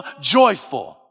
joyful